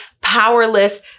powerless